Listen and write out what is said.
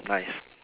nice